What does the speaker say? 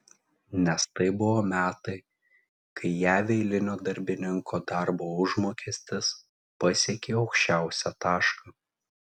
nes tai buvo metai kai jav eilinio darbininko darbo užmokestis pasiekė aukščiausią tašką